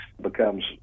becomes